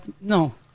no